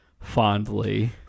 fondly